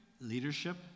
Leadership